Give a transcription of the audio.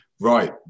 Right